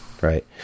right